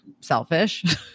selfish